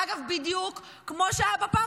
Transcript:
אגב, בדיוק כמו שהיה בפעם